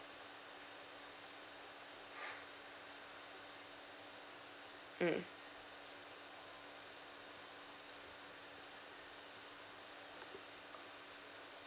mm